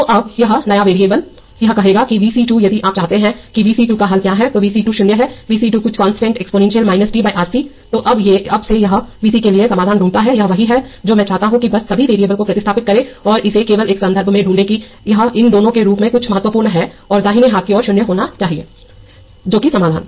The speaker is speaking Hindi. तो अब यह नया वेरिएबल यह कहेगा कि V c 2 यदि आप चाहते हैं कि V c 2 का हल क्या है V c 2 0 है V c 2 कुछ कांस्टेंट × एक्सपोनेंशियल है t by R C तो अब से यह Vc के लिए समाधान ढूंढता है यह वही है जो मैं चाहता हूं कि बस सभी वेरिएबल को प्रतिस्थापित करें और इसे केवल इस संदर्भ में ढूंढें कि यह इन दोनों के रूप में कुछ मूर्खतापूर्ण है और दाहिने हाथ की ओर 0 होना है जो कि है समाधान